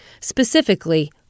specifically